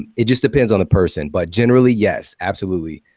um it just depends on the person but, generally, yes, absolutely,